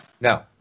No